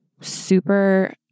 super